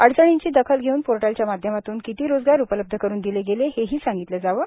अडचणींची दखल घेऊन पोर्टलच्या माध्यमातून किती रोजगार उपलब्ध करून दिले गेले हे ही सांगितले जावे